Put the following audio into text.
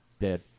dead